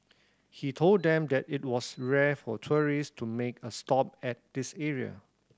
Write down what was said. he told them that it was rare for tourist to make a stop at this area